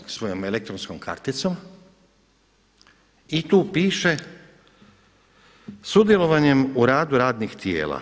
Onom svojom elektronskom karticom i tu piše sudjelovanjem u radu radnih tijela,